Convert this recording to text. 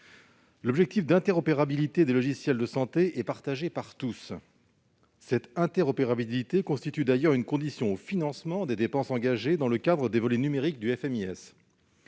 L'objectif d'interopérabilité des logiciels en santé est partagé par tous ; celle-ci constitue d'ailleurs une condition au financement des dépenses engagées dans le cadre du volet numérique du FMIS.